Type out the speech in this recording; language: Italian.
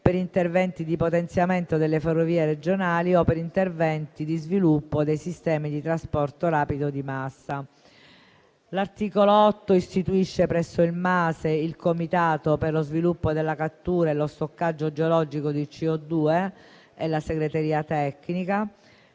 per interventi di potenziamento delle ferrovie regionali o per interventi di sviluppo dei sistemi di trasporto rapido di massa. L'articolo 8 istituisce presso il MASE il Comitato per lo sviluppo della cattura e lo stoccaggio geologico di CO₂ e la segreteria tecnica.